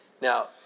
Now